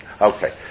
Okay